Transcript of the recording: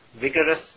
vigorous